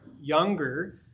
younger